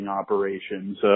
operations